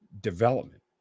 development